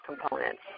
components